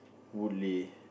Woodleigh